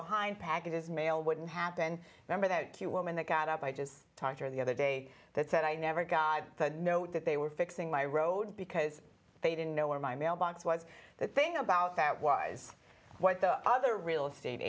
behind packages mail wouldn't happen remember that you woman that got up i just talked her the other day that said i never got the note that they were fixing my road because they didn't know where my mailbox was the thing about that was what the other real estate